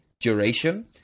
duration